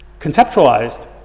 conceptualized